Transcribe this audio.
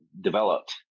developed